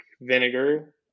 vinegar